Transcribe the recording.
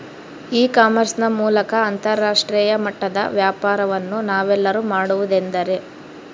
E commerce ನ ಮೂಲಕ ಅಂತರಾಷ್ಟ್ರೇಯ ಮಟ್ಟದ ವ್ಯಾಪಾರವನ್ನು ನಾವೆಲ್ಲರೂ ಮಾಡುವುದೆಂದರೆ?